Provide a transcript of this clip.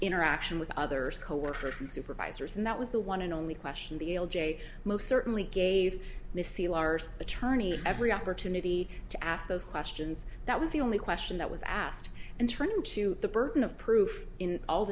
interaction with other coworkers and supervisors and that was the one and only question the l j most certainly gave mrs attorney every opportunity to ask those questions that was the only question that was asked and turned into the burden of proof in all